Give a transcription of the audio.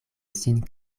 sin